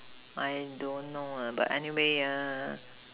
I don't know ah but anyway ah